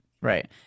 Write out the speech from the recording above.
Right